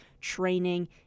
Training